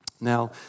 Now